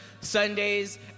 Sundays